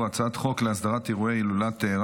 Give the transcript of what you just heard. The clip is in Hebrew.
הצעת חוק להסדרת אירוע הילולת רבי